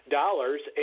dollars